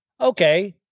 Okay